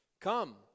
Come